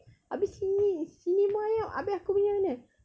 abeh sini sini pun ayam abeh aku punya mana